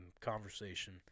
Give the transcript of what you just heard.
conversation